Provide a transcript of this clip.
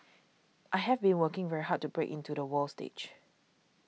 I have been working very hard to break into the world stage